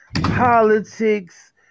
politics